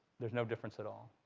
there's no difference at all.